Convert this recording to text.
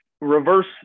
reverse